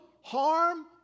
harm